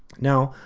now,